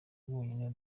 bwonyine